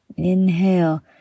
inhale